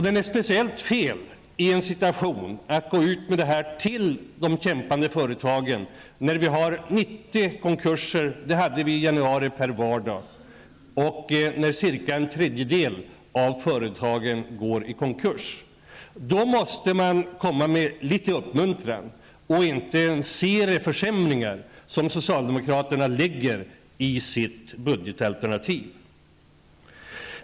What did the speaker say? Det är fel att i en sådan här situation gå ut med detta till de kämpande företagen när vi som nu under januari har 90 konkurser per vardag och när ca en tredjedel av företagen går i konkurs. Då måste man komma med litet uppmuntran och inte en serie försämringar, som socialdemokraterna föreslår i sitt budgetalternativ.